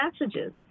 messages